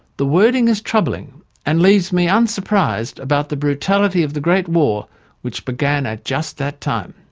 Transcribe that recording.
the wording is troubling and leaves me unsurprised about the brutality of the great war which began at just that time.